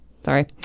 Sorry